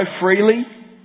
freely